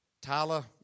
Tyler